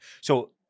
so-